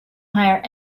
hire